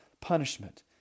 punishment